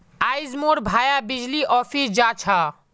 आइज मोर भाया बिजली ऑफिस जा छ